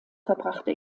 verbrachte